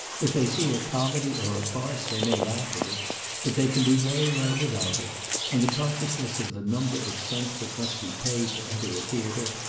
if they see a comedy or a farce, they may laugh at it but they can do very well without it and the consciousness of the number of cents that must be paid to enter a theatre,